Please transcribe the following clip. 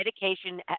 medication